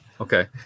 Okay